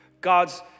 God's